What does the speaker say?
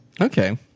okay